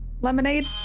lemonade